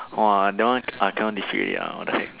!whoa! that one I cannot defeat already ah what the heck